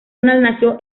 nació